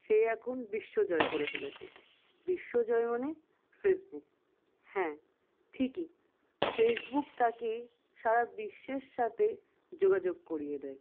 সে এখন বিশ্বজয় করে ফেলেছে বিশ্বজয় মানে ফেসবুক হ্যাঁ ঠিকই ফেসবুক তাকে সারা বিশ্বের সাথে যোগাযোগ করিয়ে দেয়